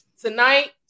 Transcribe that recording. tonight